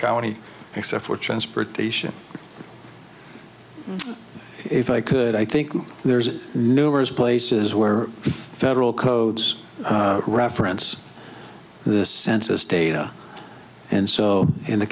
county except for transportation if i could i think there's numerous places where federal codes reference the census data and so in